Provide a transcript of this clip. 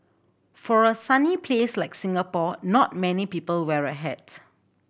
for a sunny place like Singapore not many people wear a hat